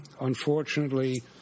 unfortunately